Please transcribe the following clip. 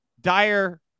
dire